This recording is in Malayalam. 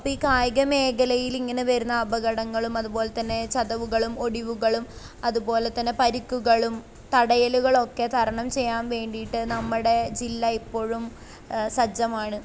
അപ്പോൾ ഈ കായിക മേഖലയിൽ ഇങ്ങനെ വരുന്ന അപകടങ്ങളും അതുപോലെതന്നെ ചതവുകളും ഒടിവുകളും അതുപോലെതന്നെ പരിക്കുകളും തടയലുകളൊക്കെ തരണം ചെയ്യാൻ വേണ്ടിയിട്ടു നമ്മുടെ ജില്ല ഇപ്പോഴും സജ്ജമാണ്